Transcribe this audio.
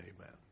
amen